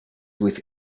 with